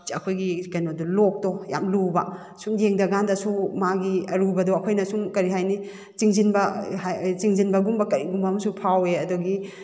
ꯑꯩꯈꯣꯏꯒꯤ ꯀꯩꯅꯣꯗꯣ ꯂꯣꯛꯇꯣ ꯌꯥꯝ ꯂꯨꯕ ꯁꯨꯝ ꯌꯦꯡꯊꯀꯥꯟꯗꯁꯨ ꯃꯥꯒꯤ ꯑꯔꯨꯕꯗꯣ ꯑꯩꯈꯣꯏꯅ ꯁꯨꯝ ꯀꯔꯤ ꯍꯥꯏꯅꯤ ꯆꯤꯡꯁꯤꯟꯕ ꯆꯤꯡꯁꯤꯟꯕꯒꯨꯝꯕ ꯀꯩꯒꯨꯝꯕꯝꯁꯨ ꯐꯥꯎꯋꯦ ꯑꯗꯒꯤ